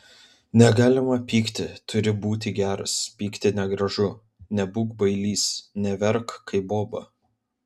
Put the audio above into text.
negalima pykti turi būti geras pykti negražu nebūk bailys neverk kaip boba